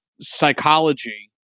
psychology